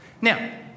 Now